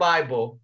Bible